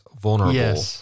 vulnerable